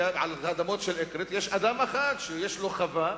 ליד האדמות של אקרית יש אדם אחד שיש לו חווה,